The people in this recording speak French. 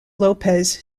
lopez